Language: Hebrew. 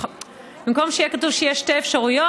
במקום שיהיו כתובות שיש שתי אפשרויות,